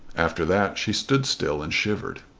after that she stood still and shivered.